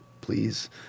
please